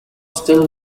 still